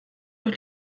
auch